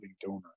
donor